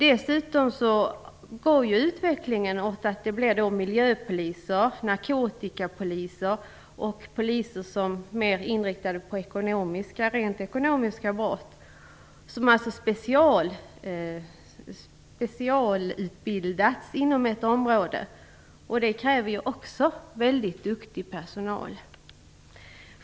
Utvecklingen går mot att det sker en uppdelning i miljöpoliser, narkotikapoliser och poliser som är mer inriktade på ekonomiska brott. Dessa poliser specialutbildas alltså inom ett område. Det kräver ju också väldigt duktig personal.